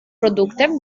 produkte